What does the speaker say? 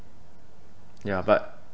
ya but